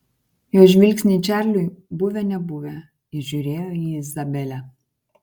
jos žvilgsniai čarliui buvę nebuvę jis žiūrėjo į izabelę